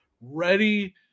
ready